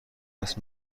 دست